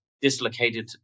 dislocated